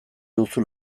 duzu